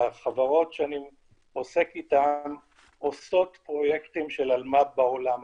החברות שאני עוסק אתן עושות פרויקטים של אלמ"ב בעולם הרחב,